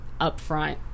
upfront